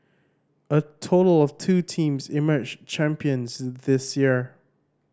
a total of two teams emerged champions this year